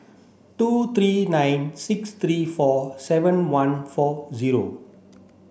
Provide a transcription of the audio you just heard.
two three nine six three four seven one four zero